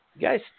Guys